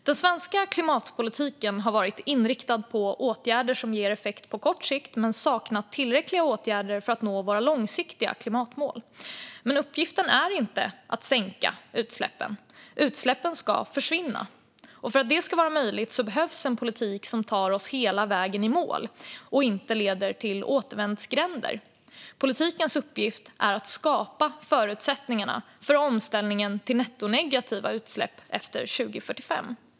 Den svenska klimatpolitiken har varit inriktad på åtgärder som ger effekt på kort sikt men saknat tillräckliga åtgärder för att nå vårt långsiktiga klimatmål. Men uppgiften är inte att sänka utsläppen; utsläppen ska försvinna. För att det ska vara möjligt behövs en politik som tar oss hela vägen i mål och inte leder till återvändsgränder. Politikens uppgift är att skapa förutsättningarna för omställningen till nettonegativa utsläpp efter 2045.